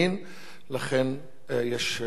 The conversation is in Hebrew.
ולכן יש לשנות את זה בהתאם.